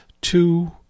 two